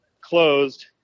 closed